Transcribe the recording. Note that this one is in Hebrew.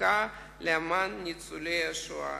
החקיקה למען ניצולי השואה.